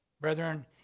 Brethren